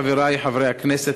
חברי חברי הכנסת,